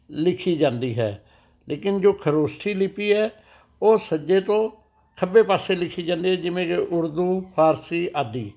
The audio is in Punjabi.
ਲਿਖੀ ਜਾਂਦੀ ਹੈ ਲੇਕਿਨ ਜੋ ਖਰੋਸ਼ਟੀ ਲਿਪੀ ਹੈ ਉਹ ਸੱਜੇ ਤੋਂ ਖੱਬੇ ਪਾਸੇ ਲਿਖੀ ਜਾਂਦੀ ਹੈ ਜਿਵੇਂ ਕਿ ਉਰਦੂ ਫਾਰਸੀ ਆਦਿ